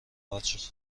قارچ